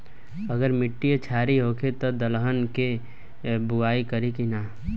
अगर मिट्टी क्षारीय होखे त दलहन के बुआई करी की न?